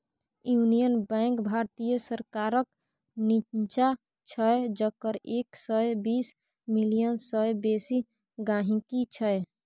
union bank भारतीय सरकारक निच्चां छै जकर एक सय बीस मिलियन सय बेसी गांहिकी छै